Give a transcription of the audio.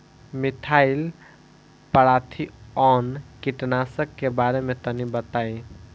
Methyl parathion कीटनाशक के बारे में तनि बताई?